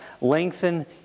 lengthen